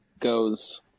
goes